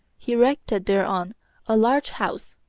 he erected thereon a large house,